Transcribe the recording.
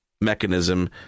mechanism